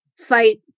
fight